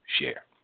share